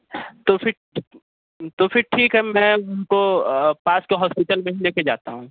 तो फिर तो फिर ठीक है मैं उनको पास के हॉस्पिटल में ही लेके जाता हूँ